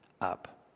up